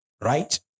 Right